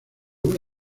una